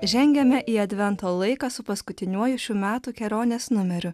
žengiame į advento laiką su paskutiniuoju šių metų kelionės numeriu